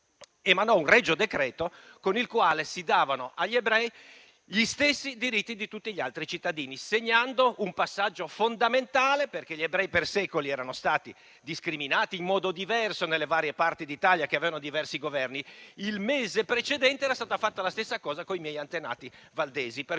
emanò un regio decreto con il quale si davano agli ebrei gli stessi diritti di tutti gli altri cittadini, segnando un passaggio fondamentale, perché per secoli erano stati discriminati in modo diverso nelle varie parti d'Italia che avevano diversi Governi. Il mese precedente era stata fatta la stessa cosa con i miei antenati valdesi.